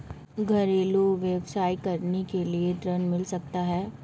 घरेलू व्यवसाय करने के लिए ऋण मिल सकता है?